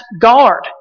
guard